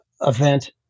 event